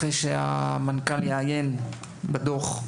אחרי שהמנכ"ל יעיין בדוח,